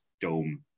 dome